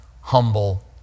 humble